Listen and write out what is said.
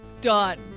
done